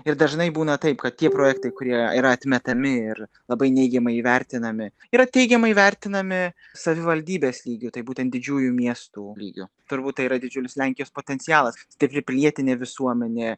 ir dažnai būna taip kad tie projektai kurie yra atmetami ir labai neigiamai vertinami yra teigiamai vertinami savivaldybės lygiu tai būtent didžiųjų miestų lygiu turbūt tai yra didžiulis lenkijos potencialas stipri pilietinė visuomenė